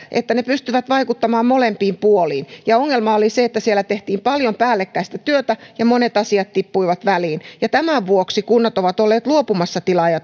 sitä että ne pystyvät vaikuttamaan molempiin puoliin ongelma oli se että siellä tehtiin paljon päällekkäistä työtä ja monet asiat tippuivat väliin ja tämän vuoksi kunnat ovat olleet luopumassa tilaaja